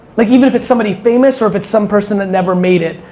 like even if it's somebody famous or if it's some person that never made it,